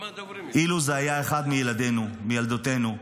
אילו זה היה אחד מילדינו, מילדותינו,